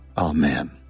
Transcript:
Amen